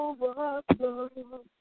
Overflow